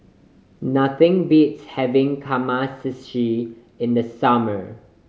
nothing beats having Kamameshi in the summer